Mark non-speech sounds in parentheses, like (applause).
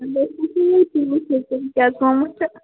(unintelligible) کیٛاہ آسہِ گوٚمُت تہٕ